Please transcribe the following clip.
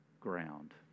ground